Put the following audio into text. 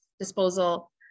disposal